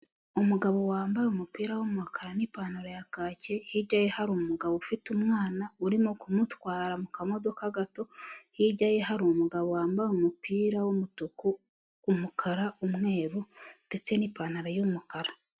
Umugabo wambaye umupira w'umukara n'ipantaro ya kake, hirya ye hari umugabo ufite umwana urimo kumutwara mu kamodoka gato, hirya ye hari umugabo wambaye umupira w'umutuku, umukara, umweru ndetse n'ipantaro y'umukara.